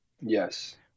Yes